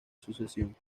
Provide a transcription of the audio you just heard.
sucesión